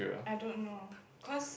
I don't know cause